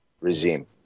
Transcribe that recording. regime